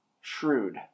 shrewd